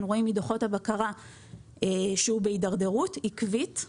רואים מדוחות הבקרה שהוא בהידרדרות עקבית,